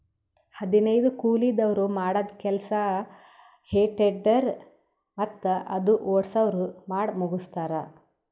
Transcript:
ಹದನೈದು ಕೂಲಿದವ್ರ್ ಮಾಡದ್ದ್ ಕೆಲ್ಸಾ ಹೆ ಟೆಡ್ಡರ್ ಮತ್ತ್ ಅದು ಓಡ್ಸವ್ರು ಮಾಡಮುಗಸ್ತಾರ್